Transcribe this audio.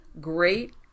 great